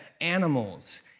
animals